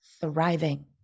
thriving